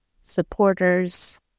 supporters